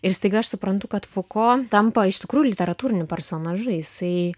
ir staiga aš suprantu kad fuko tampa iš tikrųjų literatūriniu personažu jisai